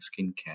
skincare